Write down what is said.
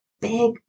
big